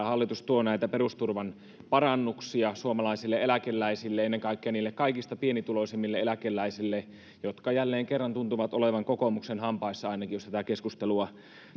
hallitus tuo näitä perusturvan parannuksia suomalaisille eläkeläisille ennen kaikkea niille kaikista pienituloisimmille eläkeläisille jotka jälleen kerran tuntuvat olevan kokoomuksen hampaissa ainakin jos tätä keskustelua